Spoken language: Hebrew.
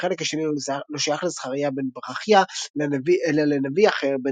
כי החלק השני לא שייך לזכריה בן ברכיה אלא לנביא אחר,